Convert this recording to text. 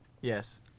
Yes